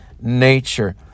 nature